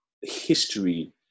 history